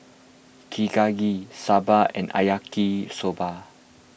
Chigenabe Sambar and Yaki Soba